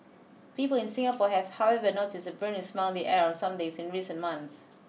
people in Singapore have however noticed a burning smell in the air on some days in recent months